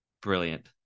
brilliant